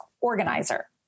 organizer